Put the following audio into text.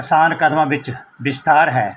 ਆਸਾਨ ਕਦਮਾਂ ਵਿੱਚ ਵਿਸਤਾਰ ਹੈ